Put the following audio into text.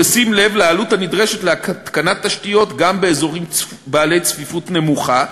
בשים לב לעלות הנדרשת להתקנת תשתיות גם באזורים בעלי צפיפות נמוכה,